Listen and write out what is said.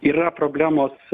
yra problemos